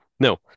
No